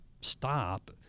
stop